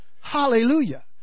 Hallelujah